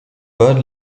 bad